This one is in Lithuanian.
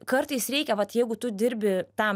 kartais reikia vat jeigu tu dirbi tam